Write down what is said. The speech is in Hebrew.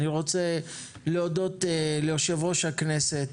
אני רוצה להודות ליושב-ראש הכנסת,